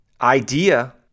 idea